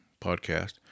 podcast